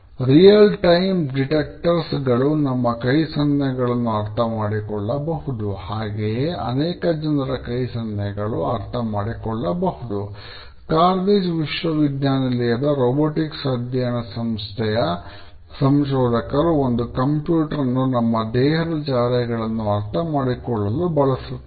real time detectors ಅನ್ನು ನಮ್ಮ ದೇಹದ ಚಹರೆಗಳನ್ನು ಅರ್ಥ ಮಾಡಿಕೊಳ್ಳಲ್ಲು ಬಳಸುತ್ತಾರೆ